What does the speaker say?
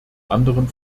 anderen